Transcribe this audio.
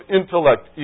intellect